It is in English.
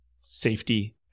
safety